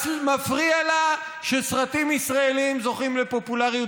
מפריע לה שסרטים ישראליים זוכים לפופולריות